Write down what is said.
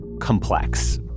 complex